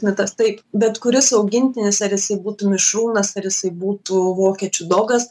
mitas taip bet kuris augintinis ar jisai būtų mišrūnas ar jisai būtų vokiečių dogas